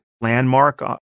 landmark